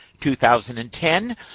2010